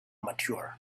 mature